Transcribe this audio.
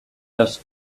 just